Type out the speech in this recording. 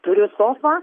turiu sofą